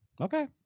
Okay